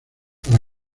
para